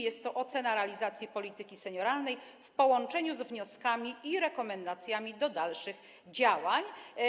Jest to ocena stanu realizacji polityki senioralnej w połączeniu z wnioskami i rekomendacjami dotyczącymi dalszych działań.